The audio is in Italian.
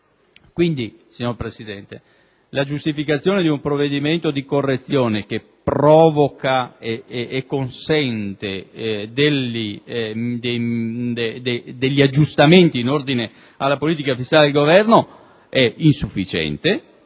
Quindi, signor Presidente, la giustificazione di un provvedimento di correzione che provoca e consente degli aggiustamenti in ordine alla politica fiscale del Governo è insufficiente.